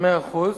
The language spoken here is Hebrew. מאה אחוז,